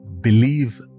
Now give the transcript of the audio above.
believe